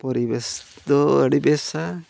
ᱯᱚᱨᱤᱵᱮᱥ ᱫᱚ ᱟᱹᱰᱤ ᱵᱮᱥᱟ